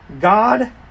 God